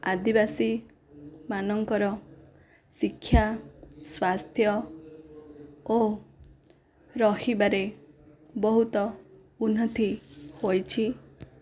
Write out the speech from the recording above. ଆଦିବାସୀ ମାନଙ୍କର ଶିକ୍ଷା ସ୍ୱାସ୍ଥ୍ୟ ଓ ରହିବାରେ ବହୁତ ଉନ୍ନତ ହୋଇଛି